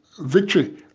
victory